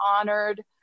honored